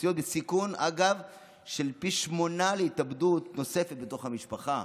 מצויות בסיכון פי שמונה להתאבדות נוספת בתוך המשפחה,